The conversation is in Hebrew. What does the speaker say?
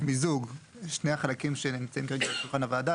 מיזוג שני החלקים שנמצאים כרגע על שולחן הוועדה,